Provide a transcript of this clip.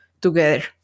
together